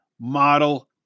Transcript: Model